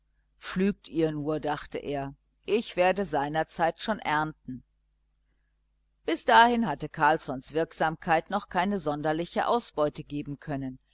pflügt ihr nur dachte er ich werde seinerzeit schon ernten bis dahin hatte carlssons wirksamkeit noch keine sonderliche ausbeute geben können